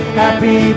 happy